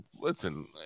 Listen